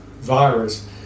virus